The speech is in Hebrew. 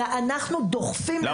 אלא אנחנו דוחפים את המידע.